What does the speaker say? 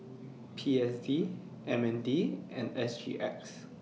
P S D M N D and S G X